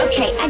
Okay